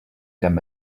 them